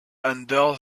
under